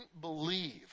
believe